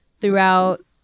throughout